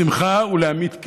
שמחה ולהמית כאב.